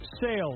sales